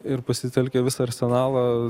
ir pasitelkę visą arsenalą